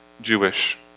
Jewish